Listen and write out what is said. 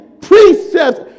precepts